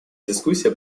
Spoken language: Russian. дискуссия